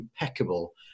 impeccable